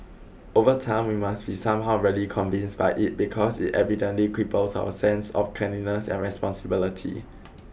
over time we must be somehow really convinced by it because it evidently cripples our sense of cleanliness and responsibility